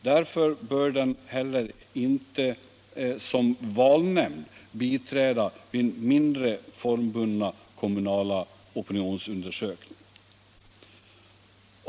Därför bör den inte heller som valnämnd biträda vid mindre formbundna kommunala opinionsundersökningar.